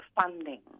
funding